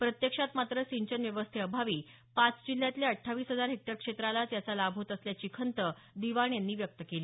प्रत्यक्षात मात्र सिंचन व्यवस्थेअभावी पाच जिल्ह्यातल्या अठ्ठावीस हजार हेक्टर क्षेत्रालाच याचा लाभ होत असल्याची खंत दिवाण यांनी व्यक्त केली